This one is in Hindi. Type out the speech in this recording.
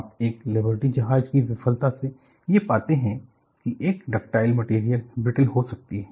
आप एक लिबर्टी जहाज की विफलता से ये पाते हैं कि एक डक्टाइल मटेरियल ब्रिटल हो सकती है